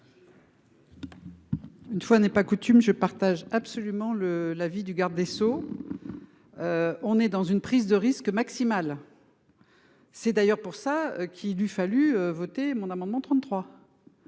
Une fois n'est pas coutume je partage absolument le l'avis du garde des Sceaux. On est dans une prise de risque maximale. C'est d'ailleurs pour ça qu'il eut fallu voter mon amendement 33.